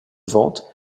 vente